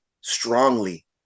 strongly